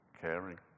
caring